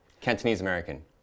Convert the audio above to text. Cantonese-American